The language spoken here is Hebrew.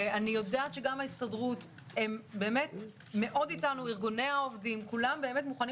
אני יודעת שגם ההסתדרות וארגוני העובדים אתנו וכולם מוכנים